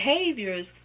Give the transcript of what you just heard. behaviors